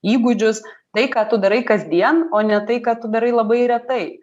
įgūdžius tai ką tu darai kasdien o ne tai ką tu darai labai retai